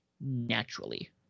naturally